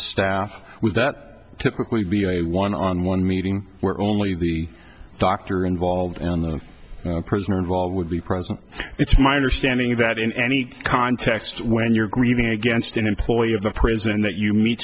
staff with that typically be a one on one meeting where only the doctor involved and the prisoner involved would be present it's my understanding that in any context when you're grieving against an employee of the prison that you meet